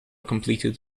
completed